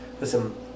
listen